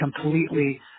completely